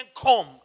come